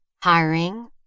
hiring